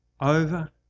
Over